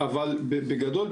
אבל בגדול,